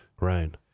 Right